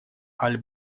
аль